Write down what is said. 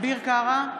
אביר קארה,